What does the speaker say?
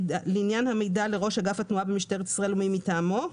לעניין המידע לראש אגף התנועה במשטרת ישראל או מי מטעמו,